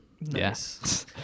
yes